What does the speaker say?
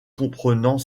comprenant